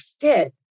fit